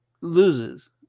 Loses